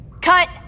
Cut